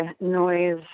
noise